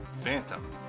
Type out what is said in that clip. Phantom